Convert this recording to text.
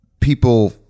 people